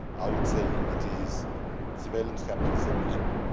i would say it is surveillance capitalism and